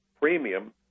premium